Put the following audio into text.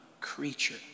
creature